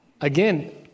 again